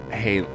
hey